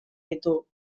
ditu